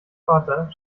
vater